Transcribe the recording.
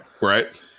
right